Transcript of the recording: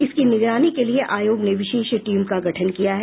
इसकी निगरानी के लिये आयोग ने विशेष टीम का गठन किया है